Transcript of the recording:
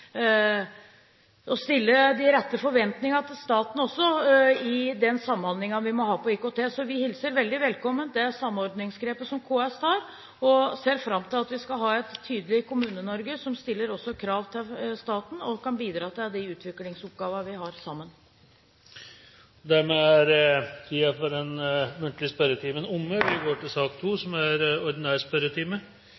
de rette forventningene til staten i den samhandlingen vi må ha på IKT. Vi hilser velkommen det samordningsgrepet som KS tar, og ser fram til at vi skal ha et tydelig Kommune-Norge, som også stiller krav til staten og kan bidra til de utviklingsoppgavene vi har sammen. Dermed er den muntlige spørretimen omme. Det blir noen endringer i den oppsatte spørsmålslisten. Presidenten viser i den sammenheng til